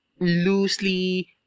loosely